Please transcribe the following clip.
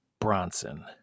Bronson